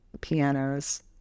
pianos